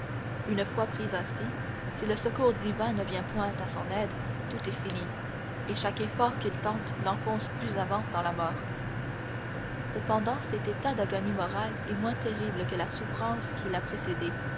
une fois pris ainsi si le secours divin ne vient point à son aide tout est fini et chaque effort qu'il tente l'enfonce plus avant dans la mort cependant cet état d'agonie morale est moins terrible que la souffrance qui l'a précédé